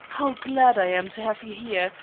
how glad i am to have you here,